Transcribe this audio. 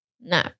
No